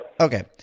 Okay